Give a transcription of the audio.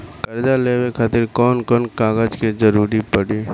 कर्जा लेवे खातिर कौन कौन कागज के जरूरी पड़ी?